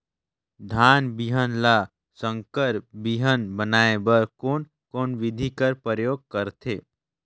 धान बिहान ल संकर बिहान बनाय बर कोन कोन बिधी कर प्रयोग करथे?